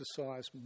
exercise